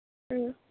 ம்